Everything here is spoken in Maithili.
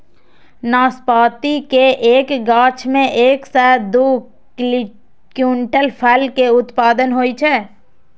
नाशपाती के एक गाछ मे एक सं दू क्विंटल फल के उत्पादन होइ छै